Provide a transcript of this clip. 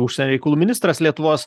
užsienio reikalų ministras lietuvos